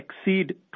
exceed